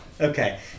Okay